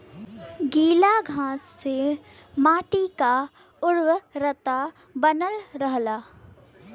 गीला घास से मट्टी क उर्वरता बनल रहला